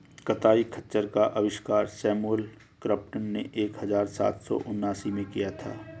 कताई खच्चर का आविष्कार सैमुअल क्रॉम्पटन ने एक हज़ार सात सौ उनासी में किया था